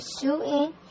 shooting